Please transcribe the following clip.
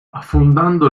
affondando